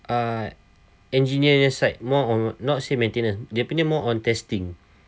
uh engineer punya side more on not say maintenance dia punya more on testings